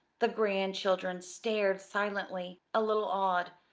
the grandchildren stared silently, a little awed.